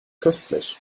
köstlich